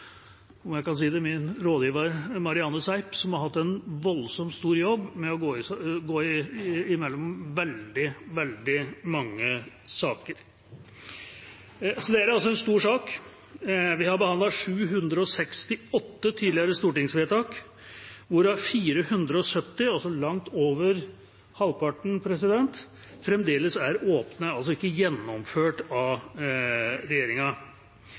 om jeg kan si det, til min rådgiver Marianne Seip, som har hatt en voldsomt stor jobb med å gå igjennom veldig mange saker. Det er en stor sak. Vi har behandlet 768 tidligere stortingsvedtak, hvorav 470 – altså langt over halvparten – fremdeles er åpne, altså ikke gjennomført av regjeringa.